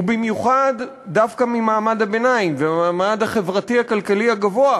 ובמיוחד דווקא ממעמד הביניים ומהמעמד החברתי-הכלכלי הגבוה,